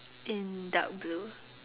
in dark blue